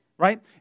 Right